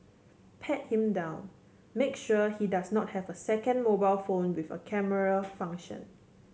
pat him down make sure he does not have a second mobile phone with a camera function